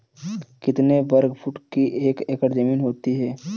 कितने वर्ग फुट की एक एकड़ ज़मीन होती है?